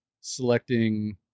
selecting